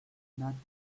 not